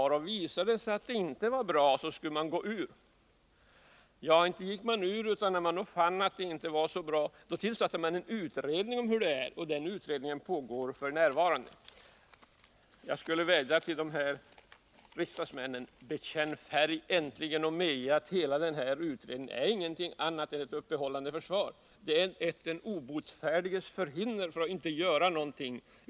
Om det sedan visade sig att det inte var bra skulle vi ansöka om utträde. Men så har inte skett. När man fann att det inte var bra att vara med tillsattes en utredning. Denna utredning arbetar f. n. Jag skulle vilja vädja till dessa riksdagsmän att äntligen bekänna färg och medge att denna utredning inte är något annat än ett uppehållande försvar, ett den obotfärdiges förhinder för att slippa göra någonting.